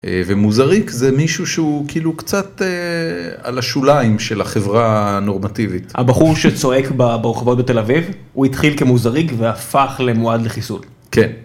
ו״מוזריק״ זה מישהו שהוא כאילו קצת על השוליים של החברה הנורמטיבית. הבחור שצועק ברחובות בתל אביב, הוא התחיל כ״מוזריק״ והפך למועד לחיסול. כן.